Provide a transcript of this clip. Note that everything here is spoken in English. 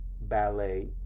Ballet